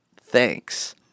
Thanks